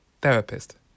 therapist